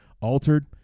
altered